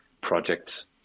projects